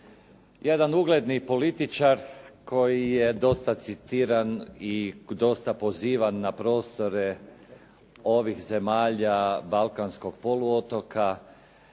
Jedan ugledni političar koji je dosta citiran i dosta pozivan na prostore ovih zemalja balkanskog poluotoka,